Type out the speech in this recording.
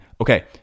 Okay